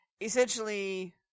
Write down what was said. essentially